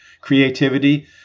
creativity